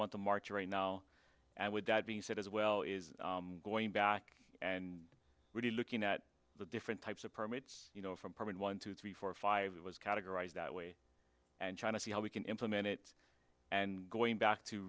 month of march right now and with that being said as well is going back and really looking at the different types of permits you know from person one two three four five it was categorized that way and trying to see how we can implement it and going back to